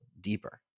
deeper